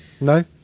No